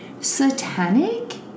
satanic